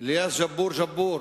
ליאס ג'אבור ג'אבור,